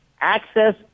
access